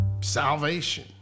salvation